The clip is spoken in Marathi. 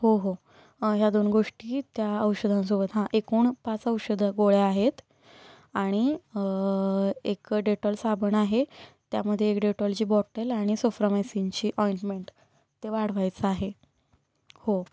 हो हो या दोन गोष्टी त्या औषधांसोबत हां एकूण पाच औषधं गोळ्या आहेत आणि एक डेटॉल साबण आहे त्यामदे एक डेटॉलची बॉटल आणि सोफ्रामायसिनची ऑइंटमेंट ते वाढवायचं आहे हो